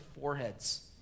foreheads